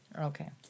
Okay